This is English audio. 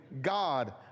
God